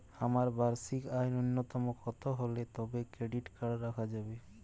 আমার বার্ষিক আয় ন্যুনতম কত হলে তবেই ক্রেডিট কার্ড রাখা যাবে?